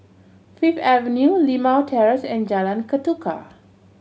Fifth Avenue Limau Terrace and Jalan Ketuka